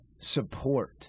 support